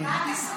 רק 22 מדינות.